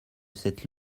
cette